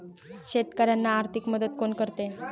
शेतकऱ्यांना आर्थिक मदत कोण करते?